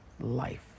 life